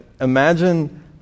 imagine